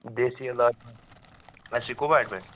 دیٚسی عٮ۪لاج اسہِ گَوٚوا ایڈمِٹ